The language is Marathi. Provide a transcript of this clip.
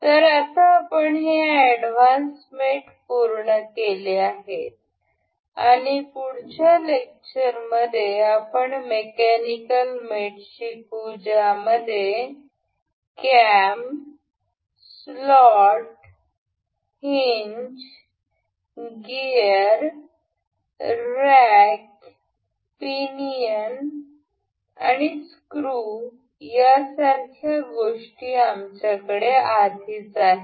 तर आता आपण हे एडव्हान्स मेट पूर्ण केले आहेत आणि पुढच्या लेक्चरमध्ये आपण मेकॅनिकल मेट शिकू ज्यामध्ये cam slot hinge gear rack pinion screw यासारख्या गोष्टी आमच्याकडे आधीच आहे